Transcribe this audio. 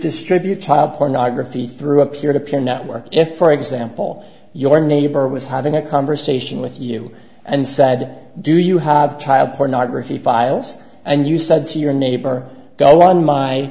distribute child pornography through a peer to peer network if for example your neighbor was having a conversation with you and said do you have child pornography files and you said to your neighbor go on my